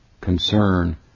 concern